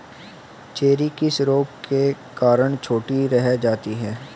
Cherry किस रोग के कारण छोटी रह जाती है?